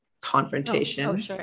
confrontation